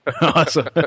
Awesome